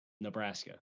Nebraska